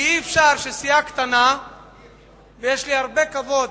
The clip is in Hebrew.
יש לי הרבה כבוד